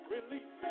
Release